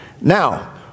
Now